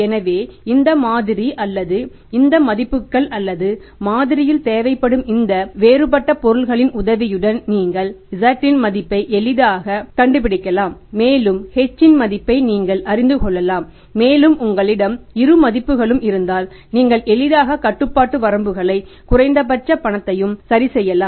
எனவே இந்த மாதிரி அல்லது இந்த மதிப்புகள் அல்லது மாதிரியில் தேவைப்படும் இந்த வேறுபட்ட பொருட்களின் உதவியுடன் நீங்கள் z இன் மதிப்பை எளிதாகக் கண்டுபிடிக்கலாம் மேலும் h இன் மதிப்பை நீங்கள் அறிந்து கொள்ளலாம் மேலும் உங்களிடம் இரு மதிப்புகளும் இருந்தால் நீங்கள் எளிதாக கட்டுப்பாட்டு வரம்புகளை குறைந்தபட்ச பணத்தையும் சரிசெய்யலாம்